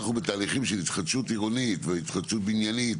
אנחנו בתהליכים של התחדשות עירונית או התחדשות בניינית,